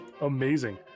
Amazing